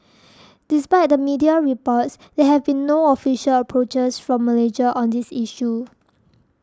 despite the media reports there have been no official approaches from Malaysia on this issue